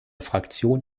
fraktion